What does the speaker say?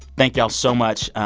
thank y'all so much.